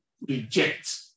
reject